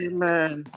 Amen